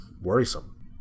worrisome